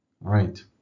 right